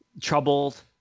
troubled –